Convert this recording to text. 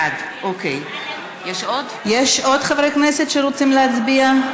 בעד יש עוד חברי כנסת שרוצים להצביע?